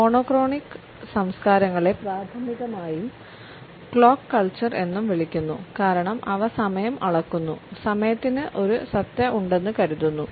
monochronic സംസ്കാരങ്ങളെ പ്രാഥമികമായി clock culture എന്നും വിളിക്കുന്നു കാരണം അവ സമയം അളക്കുന്നു സമയത്തിന് ഒരു സത്ത ഉണ്ടെന്ന് കരുതുന്നു